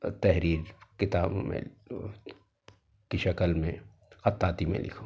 تحریر کتابوں میں کی شکل میں خطاطی میں لکھوں